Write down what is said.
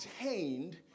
obtained